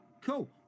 Cool